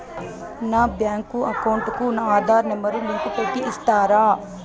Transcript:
నా bank account కు నా ఆధార్ నెంబర్ లింకు పెట్టి ఇస్తారా?